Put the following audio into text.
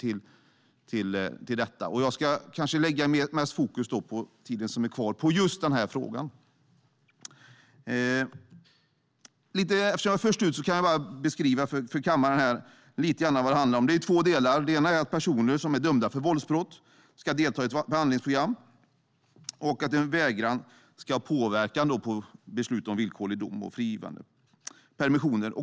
Under tiden som är kvar ska jag lägga mer fokus på just den här frågan. Jag ska börja med att beskriva för kammaren vad det handlar om. Det är två delar. Den ena är att personer som är dömda för våldsbrott ska delta i ett behandlingsprogram. Vägran ska påverka beslut om permissioner och villkorlig frigivning.